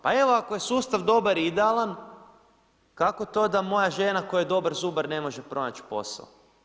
Pa evo ako je sustav dobar i idealan kako to da moja žena koja je dobar zubar ne može pronaći posao?